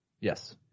Yes